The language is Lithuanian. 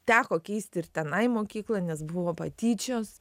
teko keisti ir tenai mokyklą nes buvo patyčios